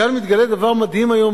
כאן מתגלה דבר מדהים היום,